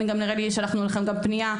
נראה ששלחנו לכם גם פנייה.